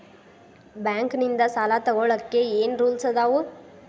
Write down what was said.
Bank ನಿಂದ್ ಸಾಲ ತೊಗೋಳಕ್ಕೆ ಏನ್ ರೂಲ್ಸ್ ಅದಾವ?